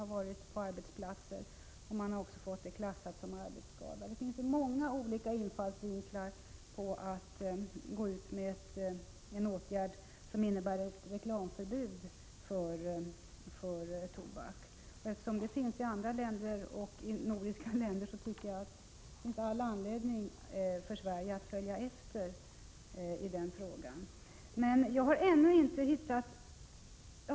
Det har hänt på arbetsplatser, och den passiva rökningen har även klassats som arbetsskada. Det finns många olika infallsvinklar på Prot. 1987/88:15 problemet, och de ger alla anledning att vidta den åtgärd som innebär förbud 27 oktober 1987 mot reklam för tobak.